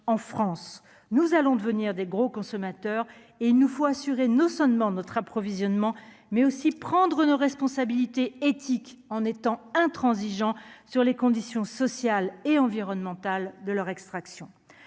en France, nous allons devenir des gros consommateurs et il nous faut assurer non seulement notre approvisionnement mais aussi prendre nos responsabilités éthiques en étant intransigeant sur les conditions sociales et environnementales de leur extraction,